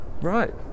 Right